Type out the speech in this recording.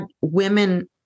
women